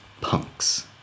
punks